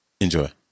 Enjoy